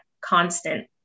constant